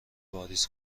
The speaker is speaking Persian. واریز